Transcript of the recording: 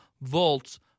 volts